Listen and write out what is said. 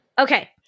Okay